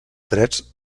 drets